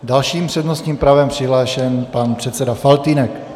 Další s přednostním právem je přihlášen pan předseda Faltýnek.